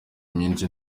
myinshi